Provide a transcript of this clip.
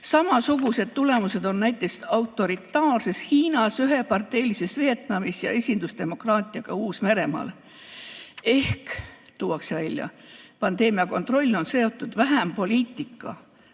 Samasugused tulemused on näiteks autoritaarses Hiinas, üheparteilises Vietnamis ja esindusdemokraatiaga Uus-Meremaal. Tuuakse välja, et pandeemia kontroll on seotud vähem poliitikaga